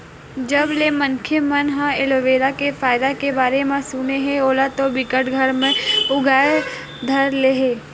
जब ले मनखे मन ह एलोवेरा के फायदा के बारे म सुने हे ओला तो बिकट घर म उगाय ले धर ले हे